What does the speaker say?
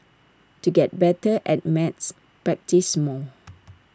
to get better at maths practise more